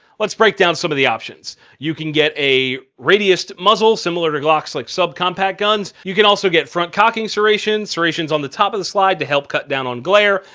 let's break down sort of the options. you can get a radiused muzzle, similar to glocks like subcompact guns, you can also get front cocking serrations, serrations on the top of the slide to help cut down on glare,